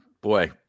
boy